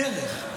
הדרך,